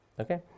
okay